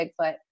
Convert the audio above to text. Bigfoot